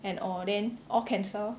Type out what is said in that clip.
and oh all then all cancel lor